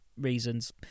reasons